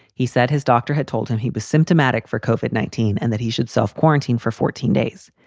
he said his doctor had told him he was symptomatic for cough at nineteen and that he should self-quarantine for fourteen days.